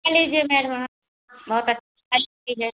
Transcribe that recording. आ लीजिए मैडम बहुत अच्छा ही है